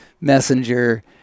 Messenger